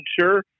sure